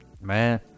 Man